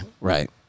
Right